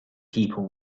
people